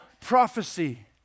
prophecy